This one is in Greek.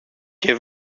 και